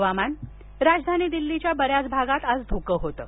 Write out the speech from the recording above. हुवामान राजधानी दिल्लीच्या बऱ्याच भागात आज धुकं होतं